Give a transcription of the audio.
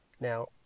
Now